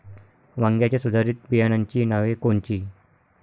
वांग्याच्या सुधारित बियाणांची नावे कोनची?